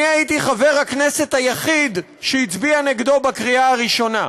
אני הייתי חבר הכנסת היחיד שהצביע נגדו בקריאה ראשונה.